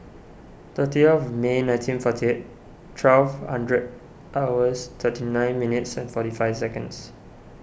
thirty of May nineteen forty eight twelve hundred hours thirty nine minutes and forty five seconds